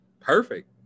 Perfect